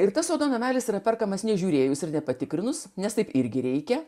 ir tas sodo namelis yra perkamas nežiūrėjus ir nepatikrinus nes taip irgi reikia